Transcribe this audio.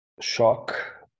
Shock